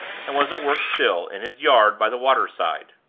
and was at work still, in his yard by the water-side.